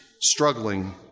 struggling